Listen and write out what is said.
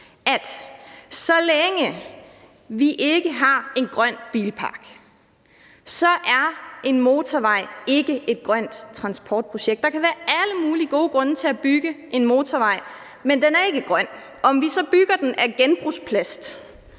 at så længe vi ikke har en grøn bilpark, er en motorvej ikke et grønt transportprojekt. Der kan være alle mulige gode grunde til at bygge en motorvej, men den er ikke grøn, om vi så bygger den af genbrugsplast,